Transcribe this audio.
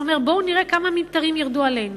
שאומר בואו נראה כמה ממטרים ירדו עלינו.